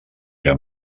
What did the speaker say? era